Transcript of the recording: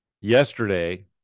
yesterday